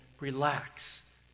relax